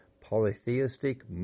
polytheistic